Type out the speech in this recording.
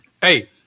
Hey